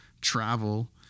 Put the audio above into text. travel